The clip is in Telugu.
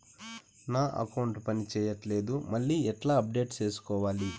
నా అకౌంట్ పని చేయట్లేదు మళ్ళీ ఎట్లా అప్డేట్ సేసుకోవాలి?